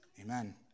Amen